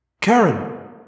Karen